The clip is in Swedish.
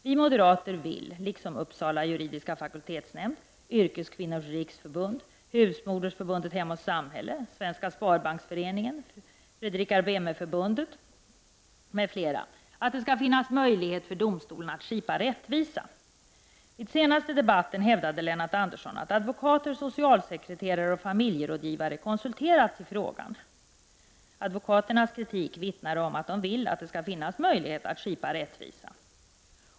Vi moderater vill, liksom Uppsala juridiska fakultetsnämnd, Yrkeskvinnors riksförbund, Husmodersförbundet Hem och samhälle, Svenska sparbanksföreningen och Fredrika Bremer-förbundet m.fl. att det skall finnas möjlighet för domstolen att skipa rättvisa. Vid den senaste debatten hävdade Lennart Andersson att advokater, socialsekreterare och familjerådgivare konsulterats i frågan. Advokaternas kritik vittnar om att de vill att det skall finnas möjlighet att skipa rättvisa.